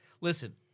listen